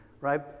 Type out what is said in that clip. Right